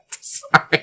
Sorry